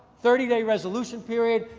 thirty day resolution period,